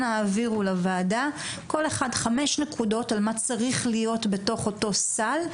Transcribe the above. אנא העבירו לוועדה כל אחד חמש נקודות על מה צריך להיות בתוך אותו סל,